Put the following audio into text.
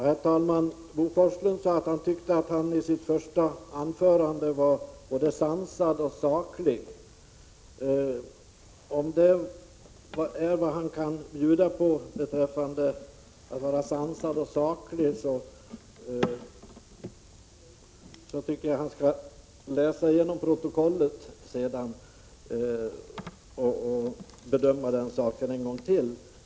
Herr talman! Bo Forslund sade att han tyckte att han i sitt första anförande var både sansad och saklig. Om detta är vad han kan bjuda på i fråga om sans och saklighet, tycker jag att han skall läsa protokollet och bedöma den saken en gång till.